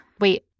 wait